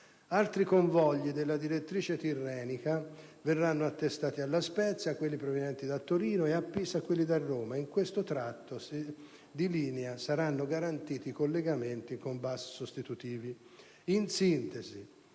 Altri convogli della direttrice tirrenica verranno attestati a La Spezia (quelli provenienti da Torino) e a Pisa (quelli da Roma) e in questo tratto di linea saranno garantiti i collegamenti con bus sostitutivi. In sintesi,